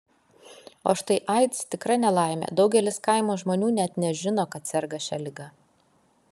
o štai aids tikra nelaimė daugelis kaimo žmonių net nežino kad serga šia liga